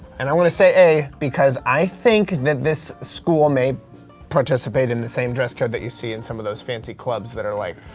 and i'm want to say a because i think that this school may participate in the same dress code that you see in some of those fancy clubs that are like,